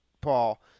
Paul